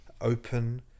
open